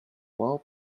wall